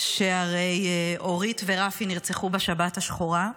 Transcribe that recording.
שהרי אורית ורפי נרצחו בשבת השחורה,